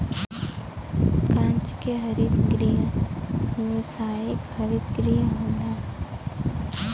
कांच के हरित गृह व्यावसायिक हरित गृह होला